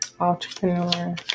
entrepreneur